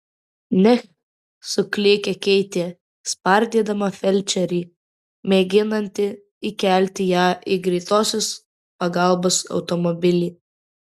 neh suklykė keitė spardydama felčerį mėginantį įkelti ją į greitosios pagalbos automobilį